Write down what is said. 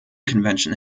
convention